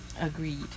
Agreed